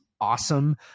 awesome